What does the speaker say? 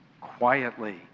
quietly